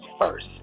first